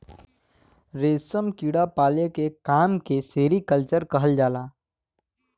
रेशम क कीड़ा पाले के काम के सेरीकल्चर कहल जाला